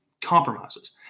compromises